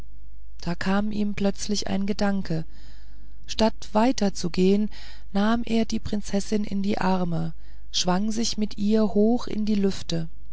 da kam ihm plötzlich ein gedanke statt weiter zu gehen nahm er die prinzessin in die arme und schwang sich mit ihr hoch auf in die lüfte